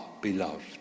beloved